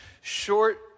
short